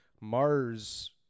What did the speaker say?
Mars